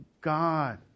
God